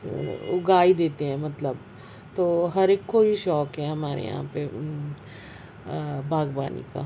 اگا ہی دیتے ہیں مطلب تو ہر ایک کو ہی شوق ہے ہمارے یہاں پہ باغبانی کا